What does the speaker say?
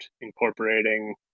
incorporating